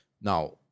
now